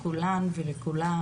שלום לכולם ולכולן.